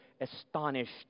astonished